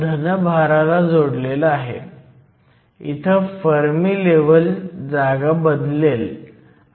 या समस्येचा संबंध आहे म्हणून आपल्याला बँड गॅप मुल्याची गरज नाही जर्मेनियम 0